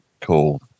Cool